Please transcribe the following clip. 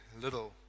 Little